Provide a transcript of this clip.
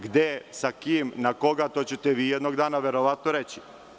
Gde, sa kim, na koga, to ćete vi jednog dana verovatno reći.